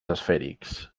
esfèrics